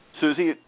Susie